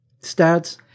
stats